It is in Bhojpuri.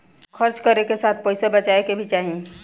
खर्च करे के साथ पइसा बचाए के भी चाही